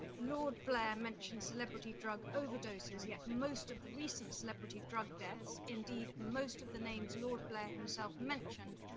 lord blair mentioned celebrity drug overdoses, yet most of the recent celebrity drug deaths, indeed most of the names lord blair himself mentioned,